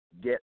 Get